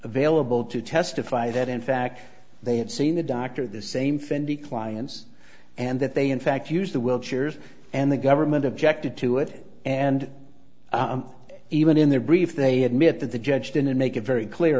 available to testify that in fact they had seen the doctor the same fendi clients and that they in fact used the world shares and the government objected to it and even in their brief they admit that the judge didn't make it very clear